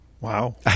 Wow